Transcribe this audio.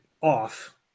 off